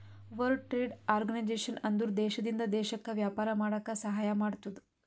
world trade organization ಅಂದುರ್ ದೇಶದಿಂದ್ ದೇಶಕ್ಕ ವ್ಯಾಪಾರ ಮಾಡಾಕ ಸಹಾಯ ಮಾಡ್ತುದ್